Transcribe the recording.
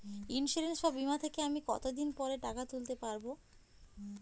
Insurance বা বিমা থেকে আমি কত দিন পরে টাকা তুলতে পারব?